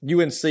UNC